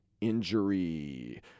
injury